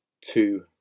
Two